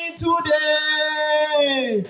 today